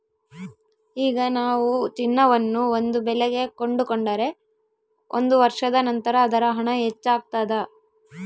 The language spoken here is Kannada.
ಈಗ ನಾವು ಚಿನ್ನವನ್ನು ಒಂದು ಬೆಲೆಗೆ ಕೊಂಡುಕೊಂಡರೆ ಒಂದು ವರ್ಷದ ನಂತರ ಅದರ ಹಣ ಹೆಚ್ಚಾಗ್ತಾದ